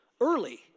early